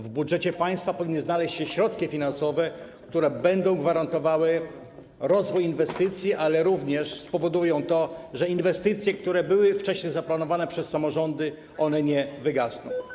W budżecie państwa powinny znaleźć się środki finansowe, które zarówno będą gwarantowały rozwój inwestycji, jak również spowodują to, że inwestycje, które były wcześniej zaplanowane przez samorządy, nie wygasną.